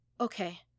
Okay